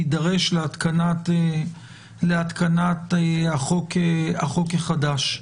תידרש להתקנת החוק החדש.